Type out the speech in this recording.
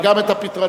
וגם את הפתרונות.